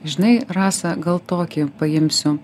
žinai rasa gal tokį paimsiu